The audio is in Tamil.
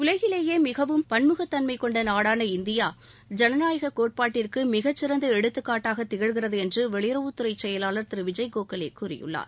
உலகிலேயே மிகவும் பன்முகத்தன்மை கொண்ட நாடான இந்தியா ஜனநாயக கோட்பாட்டிற்கு மிகச்சிறந்த எடுத்துக்காட்டாக திகழ்கிறது என்று வெளியுறவுத்துறை செயலாளர் திரு விஜய்கோகலே கூறியுள்ளார்